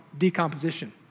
decomposition